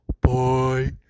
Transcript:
Boy